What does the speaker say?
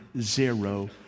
zero